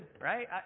right